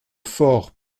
fort